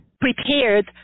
prepared